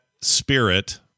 spirit